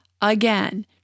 again